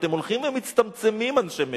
אתם הולכים ומצטמצמים, אנשי מרצ,